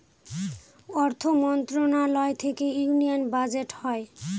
অর্থ মন্ত্রণালয় থেকে ইউনিয়ান বাজেট হয়